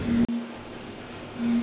जमीन के कीमत ह बरोबर बड़बे करथे